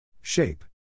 Shape